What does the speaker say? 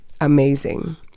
amazing